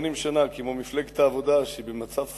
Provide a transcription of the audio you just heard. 80 שנה כמו מפלגת העבודה שהיא במצב סופני,